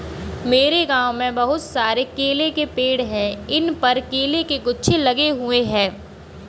मेरे गांव में बहुत सारे केले के पेड़ हैं इन पर केले के गुच्छे लगे हुए हैं